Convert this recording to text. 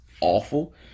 awful